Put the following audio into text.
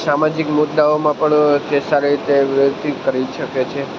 સામાજિક મુદ્દાઓમાં પણ તે સારી રીતે વ્યવસ્થિત કરી શકે છે